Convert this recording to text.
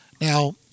Now